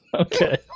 Okay